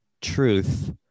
truth